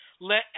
Let